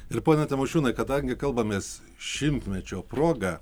ir pone tamošiūnai kadangi kalbamės šimtmečio proga